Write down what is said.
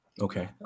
Okay